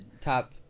top